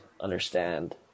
understand